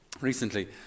recently